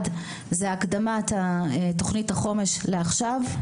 אחד הוא הקדמת תוכנית החומש לעכשיו,